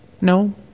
No